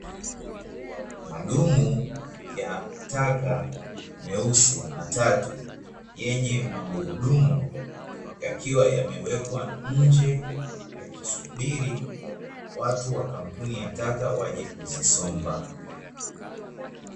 Madumu ya taka meusi matatu yenye magurudumu yakiwa yamewekwa nje yakisubiri watu wa kampuni ya taka waje kuzisomba.